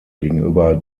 gegenüber